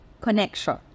connection